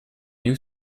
new